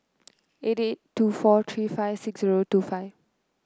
eight eight two four three five six zero two five